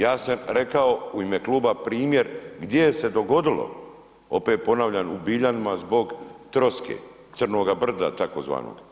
Ja sam rekao u ime kluba primjer gdje je se dogodilo, opet ponavljam u Biljanima zbog troske, crnoga brda takozvanog.